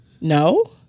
No